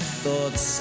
thoughts